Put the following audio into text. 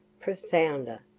profounder